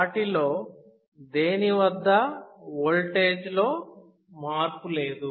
వాటిలో దేని వద్ద ఓల్టేజ్ లో మార్పు లేదు